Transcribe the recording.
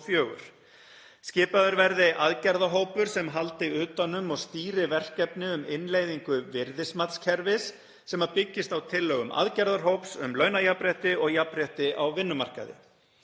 Skipaður verði aðgerðahópur sem haldi utan um og stýri verkefni um innleiðingu virðismatskerfis sem byggist á tillögum aðgerðahóps um launajafnrétti og jafnrétti á vinnumarkaði.